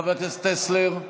חבר הכנסת טסלר,